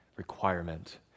Requirement